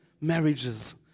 marriages